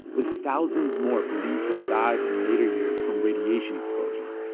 with thousands more believed to have died in later years from radiation exposure.